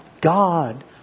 God